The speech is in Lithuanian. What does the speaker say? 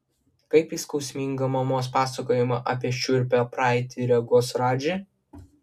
kaip į skausmingą mamos pasakojimą apie šiurpią praeitį reaguos radži